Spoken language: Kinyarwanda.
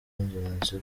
ingenzi